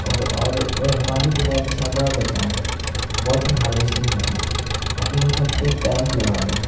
اور پانی کو زیادہ سے زیادہ بچائیں واٹر ہارویسٹنگ کریں اپنے چھت پہ ایک ٹینک لگا دیں